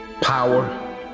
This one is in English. power